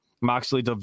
Moxley